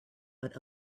but